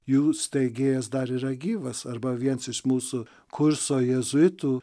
jų steigėjas dar yra gyvas arba viens iš mūsų kurso jėzuitų